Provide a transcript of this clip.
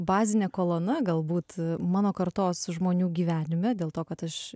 bazinė kolona galbūt mano kartos žmonių gyvenime dėl to kad aš